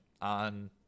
on